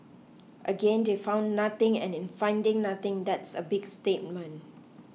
again they found nothing and in finding nothing that's a big statement